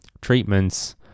treatments